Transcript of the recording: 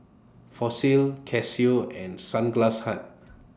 Fossil Casio and Sunglass Hut